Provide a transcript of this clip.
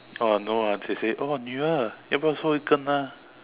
oh no ah she said oh